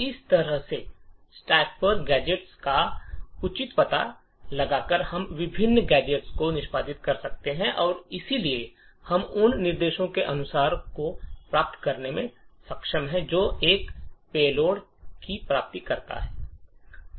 इस तरह से स्टैक पर गैजेट्स का उचित पता लगाकर हम विभिन्न गैजेट्स को निष्पादित कर सकते हैं और इसलिए हम उन निर्देशों के अनुक्रम को प्राप्त करने में सक्षम हैं जो एक लक्ष्य पेलोड को प्राप्त करना था